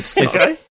Okay